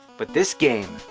but this game,